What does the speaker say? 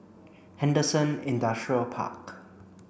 Henderson Industrial Park